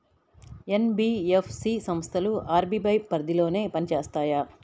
NBFC సంస్థలు RBI పరిధిలోనే పని చేస్తాయా?